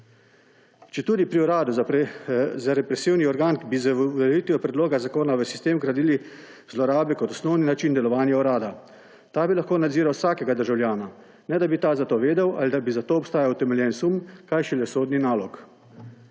Četudi gre pri uradu za represivni organ, bi z uveljavitvijo predloga zakona v sistem vgradili zlorabe kot osnovni način delovanja urada. Ta bi lahko nadziral vsakega državljana, ne da bi ta za to vedel ali da bi za to obstajal utemeljen sum, kaj šele sodni nalog.